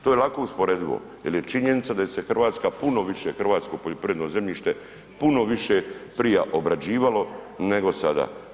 To je lako usporedivo jer je činjenica da je se Hrvatska puno više hrvatsko poljoprivredno zemljište puno više prije obrađivalo nego sada.